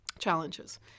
challenges